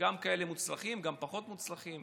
גם מוצלחים, גם פחות מוצלחים,